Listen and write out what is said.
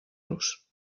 los